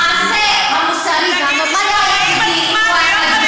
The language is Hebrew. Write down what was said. המעשה המוסרי והנורמלי היחידי הוא ההתנגדות.